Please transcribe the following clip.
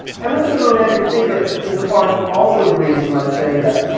emerson is a romantic thinker insofar as he also agrees, you might say, that,